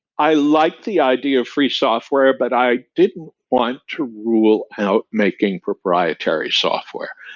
i like the idea of free software, but i didn't want to rule out making proprietary software.